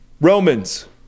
Romans